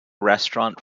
restaurant